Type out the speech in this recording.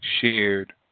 shared